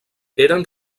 eren